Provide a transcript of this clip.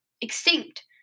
Extinct